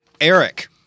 Eric